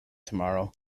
tomorrow